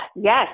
Yes